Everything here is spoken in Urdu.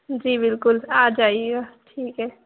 جی بالکل آ جائیے گا ٹھیک ہے